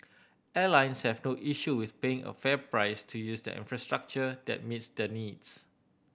airlines have no issue with paying a fair price to use the infrastructure that meets their needs